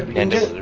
and